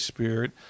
Spirit